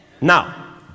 Now